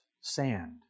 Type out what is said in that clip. sand